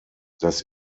das